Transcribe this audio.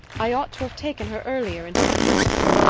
i ought to have taken her earlier into my house.